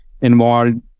involved